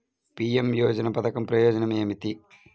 PM యోజన పధకం ప్రయోజనం ఏమితి?